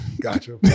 Gotcha